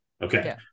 Okay